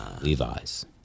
Levi's